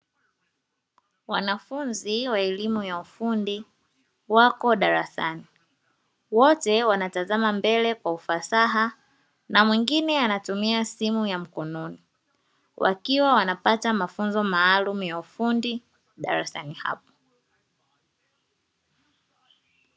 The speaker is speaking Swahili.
Wanafunzi wa elimu ya ufundi wako darasani. Wote wanatazama mbele kwa ufasaha na mwingine anatumia simu ya mkononi wakiwa wanapata mafunzo maalumu ya ufundi darasani hapo.